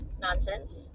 Nonsense